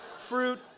Fruit